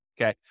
okay